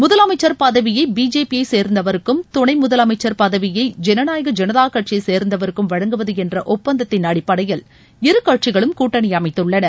முதலமைச்சர் பதவியை பிஜேபியை சேர்ந்தவருக்கும் துணை முதலமைச்சர் பதவியை ஜனநாயக் ஜனதா கட்சியை சேர்ந்தவருக்கும் வழங்குவது என்ற ஒப்பந்தத்தின் அடிப்படையில் இருகட்சிகளும் கூட்டணி அமைத்துள்ளன